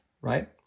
right